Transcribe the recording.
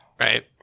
right